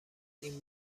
این